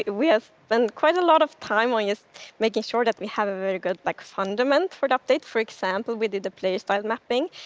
we have spent quite a lot of time on just making sure that we have a very good like fundament for the update. for example, we did the player-style mapping.